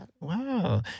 Wow